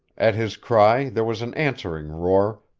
at his cry there was an answering roar,